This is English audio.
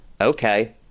Okay